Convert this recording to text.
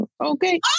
Okay